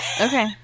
okay